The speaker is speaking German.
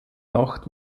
nacht